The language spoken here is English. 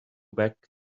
back